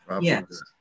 Yes